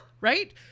Right